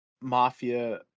mafia